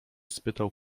spytał